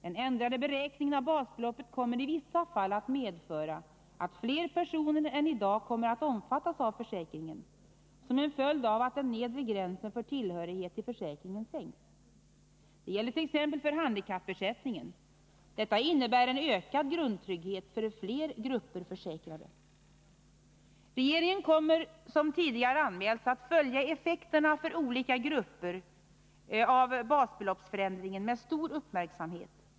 Den ändrade beräkningen av basbeloppet kommer i vissa fall att medföra att fler personer än i dag kommer att omfattas av försäkringen, som en följd av att den nedre gränsen för tillhörighet till försäkringen sänks. Det gäller t.ex. för handikappersättningen. Detta innebär en ökad grundtrygghet för fler grupper försäkrade. Regeringen kommer som tidigare anmälts att med stor uppmärksamhet följa effekterna av basbeloppsförändringen för olika grupper.